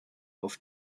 auf